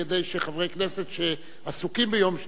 כדי שחברי כנסת שעסוקים ביום שלישי,